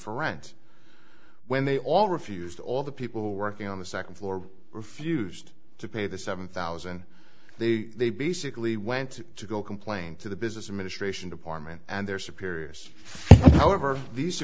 for rent when they all refused all the people working on the second floor refused to pay the seven thousand they basically went to go complain to the business administration department and their superiors however these